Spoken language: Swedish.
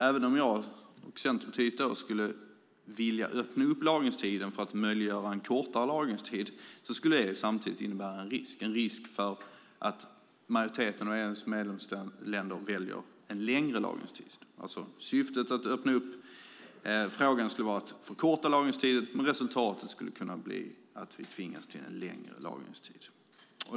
Även om jag och Centerpartiet skulle vilja öppna upp direktivet för att möjliggöra en kortare lagringstid skulle det alltså samtidigt innebära en risk för att majoriteten av EU:s medlemsländer väljer en längre lagringstid. Syftet med att öppna upp frågan skulle vara att förkorta lagringstiden, men resultatet skulle kunna bli att vi tvingas ha en längre lagringstid.